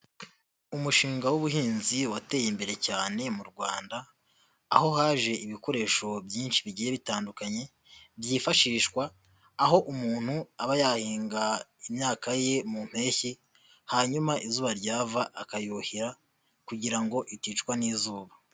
Umushinga w'ubuhinzi wateye imbere cyane mu Rwanda aho haje ibikoresho byinshi bigiye bitandukanye byifashishwa aho umuntu aba yahinga imyaka ye mu mpeshyi hanyuma izuba ryava akayuhira kugira ngo iticwa n'izuba.